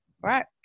right